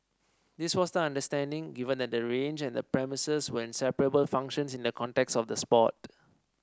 this was the understanding given that the range and the premises were inseparable functions in the context of the sport